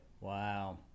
Wow